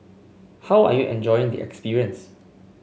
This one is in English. how are you enjoying the experience